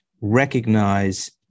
recognize